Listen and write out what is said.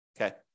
okay